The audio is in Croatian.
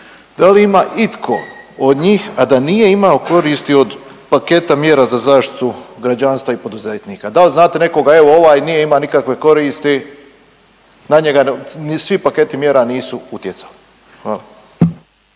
da li ima itko od njih a da nije imao koristi od paketa mjera za zaštitu građanstva i poduzetnika. Da li znate nekoga evo ovaj nije imao nikakve koristi, na njega ni svi paketi mjera nisu utjecali. Hvala.